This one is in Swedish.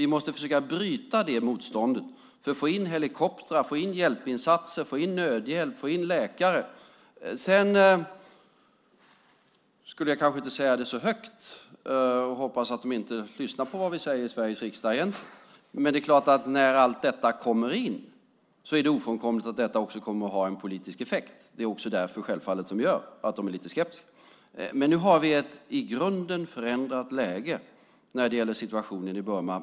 Vi måste försöka bryta detta motstånd för att få in helikoptrar, hjälpinsatser, nödhjälp och läkare. Sedan ska jag kanske inte så högt säga - jag hoppas att de inte lyssnar på vad vi säger i Sveriges riksdag än - att det är klart att när alla detta kommer in är det ofrånkomligt att detta också kommer att ha en politisk effekt. Det är självfallet också detta som gör att de är lite skeptiska. Men nu har vi ett i grunden förändrat läge när det gäller situationen i Burma.